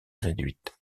réduite